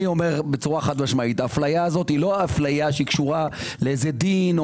חד-משמעית - האפליה הזו לא קשורה לדין.